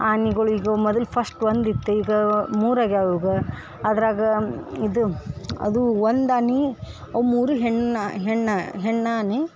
ಆನೆಗಳಿಗೂ ಮೊದಲು ಫಸ್ಟ್ ಒಂದು ಇತ್ತು ಈಗ ಮೂರು ಆಗ್ಯವೆ ಈಗ ಅದರಾಗ ಇದು ಅದು ಒಂದು ಆನೆ ಅವು ಮೂರು ಹೆಣ್ಣು ಹೆಣ್ಣು ಹೆಣ್ಣಾನೆ